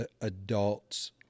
adults